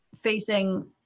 facing